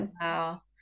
Wow